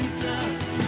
dust